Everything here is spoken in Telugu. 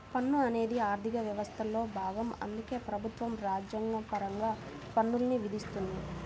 పన్ను అనేది ఆర్థిక వ్యవస్థలో భాగం అందుకే ప్రభుత్వం రాజ్యాంగపరంగా పన్నుల్ని విధిస్తుంది